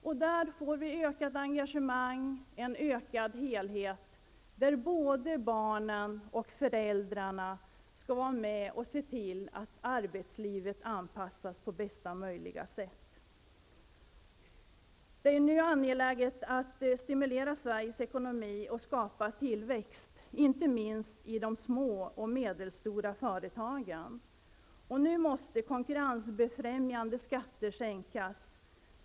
Vi får då ett ökat engagemang och en ökad helhet där både barn och föräldrar skall vara med och se till att arbetslivet anpassas på bästa möjliga sätt. Det är nu angeläget att stimulera Sveriges ekonomi och skapa tillväxt, inte minst i de små och medelstora företagen. Nu måste konkurrensbefrämjande skatter sänkas.